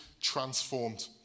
transformed